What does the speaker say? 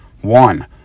one